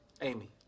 Amy